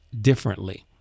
differently